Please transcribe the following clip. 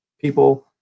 people –